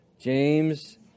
James